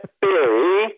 theory